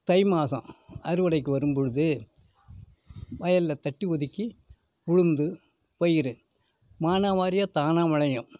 தை மாதம் அறுவடைக்கு வரும்பொழுது வயலில் தட்டு ஒதுக்கி உளுந்து பயறு மானாவாரியாக தானாக விளையும்